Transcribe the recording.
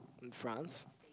in France